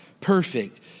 perfect